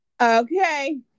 Okay